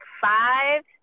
five